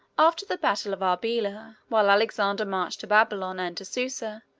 after the battle of arbela, while alexander marched to babylon and to susa,